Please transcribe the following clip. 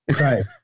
right